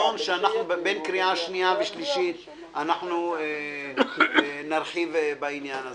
לקריאה השנייה והשלישית נרחיב בעניין הזה.